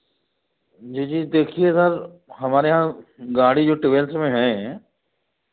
जी जी देखिए सर हमारे यहाँ गाड़ी जो ट्रेवल्स में है